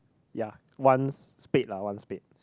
ya one spade lah one spade